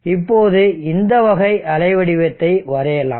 இப்போது இந்த வகை அலை வடிவத்தை வரையலாம்